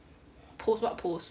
post what post